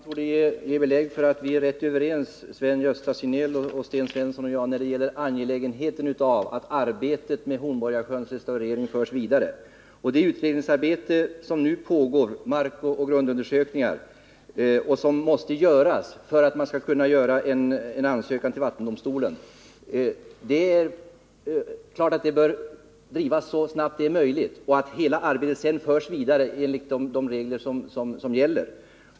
Herr talman! Den här debatten torde ge belägg för att Sven-Gösta Signell, Sten Svensson och jag är rätt överens när det gäller angelägenheten av att arbetet med Hornborgasjöns restaurering förs vidare. De markoch grundundersökningar som nu pågår och som måste göras för att man skall kunna lämna en ansökan till vattendomstolen bör naturligtvis drivas så snabbt det är möjligt, så att hela arbetet sedan kan gå vidare enligt de regler som gäller.